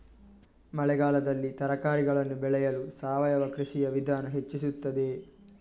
ಮಳೆಗಾಲದಲ್ಲಿ ತರಕಾರಿಗಳನ್ನು ಬೆಳೆಯಲು ಸಾವಯವ ಕೃಷಿಯ ವಿಧಾನ ಹೆಚ್ಚಿಸುತ್ತದೆ?